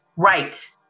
Right